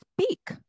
speak